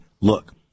look